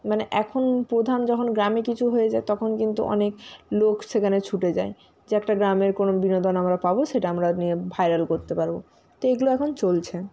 মানে এখন প্রধান যখন গ্রামে কিছু হয়ে যায় তখন কিন্তু অনেক লোক সেখানে ছুটে যায় যে একটা গ্রামের কোনো বিনোদন আমরা পাবো সেটা আমরা নিয়ে ভাইরাল করতে পারবো তো এইগুলো এখন চলছে